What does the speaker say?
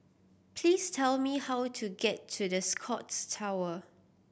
please tell me how to get to The Scotts Tower